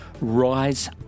rise